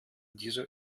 diese